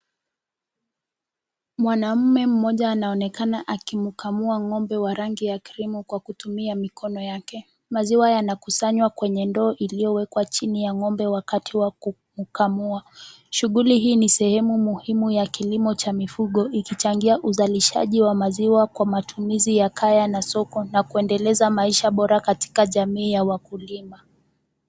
Mwanamume mmoja anaonekana akimkamua ng'ombe wa rangi ya krimu kwa kutumia mikono yake. Maziwa yanakusanywa kwenye ndoo iliyowekwa chini ya ng'ombe wakati wa kukamua. Shughuli hii ni sehemu muhimu ya kilimo cha mifugo, ikichangia uzalishaji wa maziwa kwa matumizi ya kaya na soko, na kuendeleza maisha bora katika jamii ya wakulima.